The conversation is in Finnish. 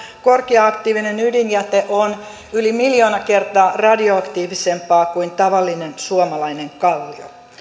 korkea aktiivinen ydinjäte on yli miljoona kertaa radioaktiivisempaa kuin tavallinen suomalainen kallio